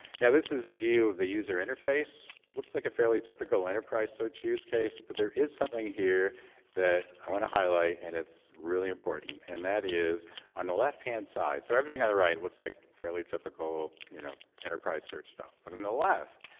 now this is a view of the user interface. it looks like a fairly typical enterprise search use case, but there is something here that i want to highlight. and it's really important. and that is on the left hand side. so everything on the right looks like fairly typical you know enterprise search stuff. but on the left,